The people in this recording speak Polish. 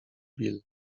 bill